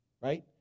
right